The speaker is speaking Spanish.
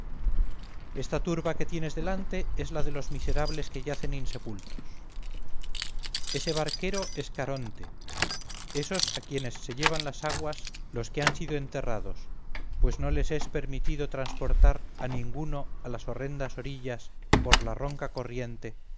esta turba que tienes delante es la de los miserables que yacen insepultos ese barquero es caronte esos a quienes se llevan las aguas los que han sido enterrados pues no le es permitido transportar a ninguno a las horrendas orillas por la ronca corriente